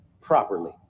properly